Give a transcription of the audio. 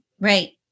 Right